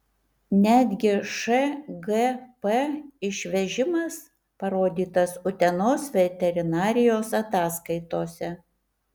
netgi šgp išvežimas parodytas utenos veterinarijos ataskaitose